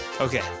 Okay